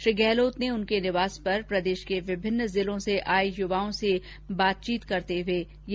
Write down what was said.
श्री गहलोत ने उनके निवास पर प्रदेश के विभिन्न जिलों से आए युवाओं से बातचीत कर रहे थे